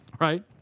right